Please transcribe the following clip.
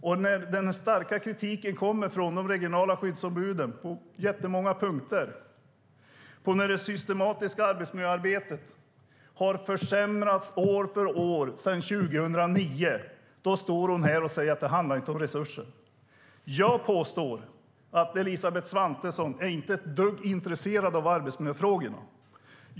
Det kommer stark kritik från de regionala skyddsombuden på många punkter. Det systematiska arbetsmiljöarbetet har försämrats år för år sedan 2009. Men statsrådet står här och säger att det inte handlar om resurser. Jag påstår att Elisabeth Svantesson inte är ett dugg intresserad av arbetsmiljöfrågorna.